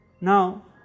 Now